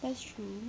that's true